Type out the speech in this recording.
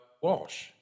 Walsh